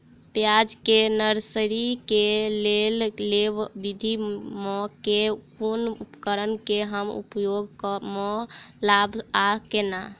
प्याज केँ नर्सरी केँ लेल लेव विधि म केँ कुन उपकरण केँ हम उपयोग म लाब आ केना?